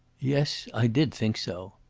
yes, i did think so.